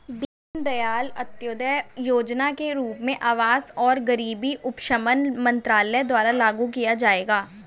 दीनदयाल अंत्योदय योजना के रूप में आवास और गरीबी उपशमन मंत्रालय द्वारा लागू किया जाएगा